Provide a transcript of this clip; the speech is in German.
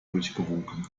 durchgewunken